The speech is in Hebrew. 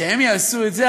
שהם יעשו את זה?